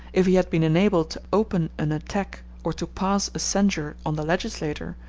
if he had been enabled to open an attack or to pass a censure on the legislator,